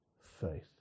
faith